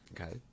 okay